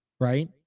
right